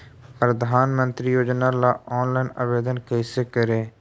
प्रधानमंत्री योजना ला ऑनलाइन आवेदन कैसे करे?